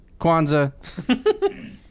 Kwanzaa